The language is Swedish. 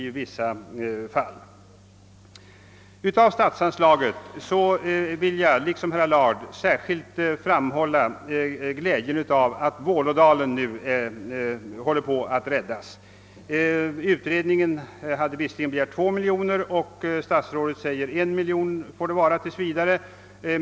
I anledning av det föreslagna statsanslaget vill jag liksom herr Allard särskilt uttala glädje över att man nu ämnar rädda Vålådalen. Utredningen hade visserligen begärt 2 miljoner kronor medan statsrådet tills vidare föreslår endast 1 miljon kronor.